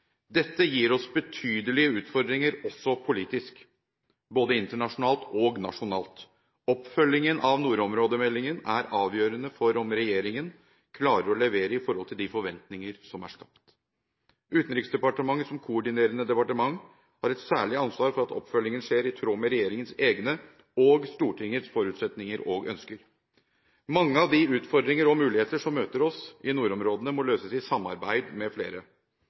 Dette gir oss betydelige utfordringer også politisk, både internasjonalt og nasjonalt. Oppfølgingen av nordområdemeldingen er avgjørende for om regjeringen klarer å levere i forhold til de forventninger som er skapt. Utenriksdepartementet, som koordinerende departement, har et særlig ansvar for at oppfølgingen skjer i tråd med regjeringens egne og Stortingets forutsetninger og ønsker. Mange av de utfordringer og muligheter som møter oss i nordområdene, må løses i samarbeid med flere.